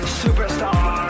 superstar